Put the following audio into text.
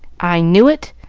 i knew it!